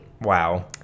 Wow